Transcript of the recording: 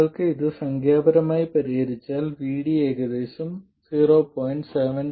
നിങ്ങൾ ഇത് സംഖ്യാപരമായി പരിഹരിച്ചാൽ VD ഏകദേശം 0